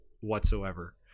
whatsoever